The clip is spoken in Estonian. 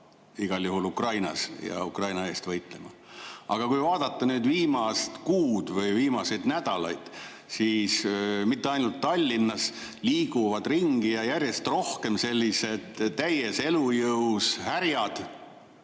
igal juhul Ukrainas ja Ukraina eest võitlema. Aga kui vaadata viimast kuud või viimaseid nädalaid, siis näeme, et mitte ainult Tallinnas liigub ringi järjest rohkem selliseid täies elujõus härgi,